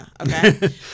okay